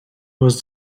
was